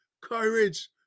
courage